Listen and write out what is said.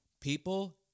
people